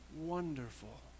wonderful